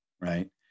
right